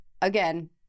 again